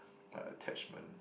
attachment